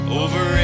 over